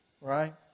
Right